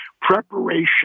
preparation